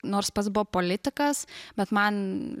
nors pats buvo politikas bet man